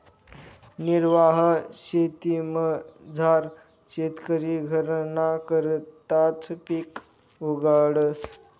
निर्वाह शेतीमझार शेतकरी घरना करताच पिक उगाडस